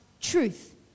truth